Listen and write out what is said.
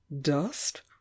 dust